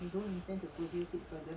you know